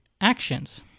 actions